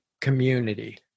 community